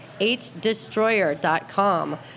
hdestroyer.com